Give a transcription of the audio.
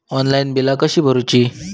Online बिला कशी भरूची?